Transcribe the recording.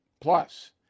Plus